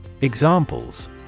Examples